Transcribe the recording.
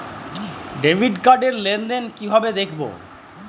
Debit card র লেনদেন কিভাবে দেখবো?